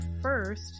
first